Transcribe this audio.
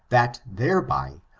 that, there by,